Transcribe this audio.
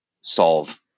solve